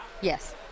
yes